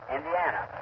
Indiana